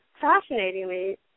fascinatingly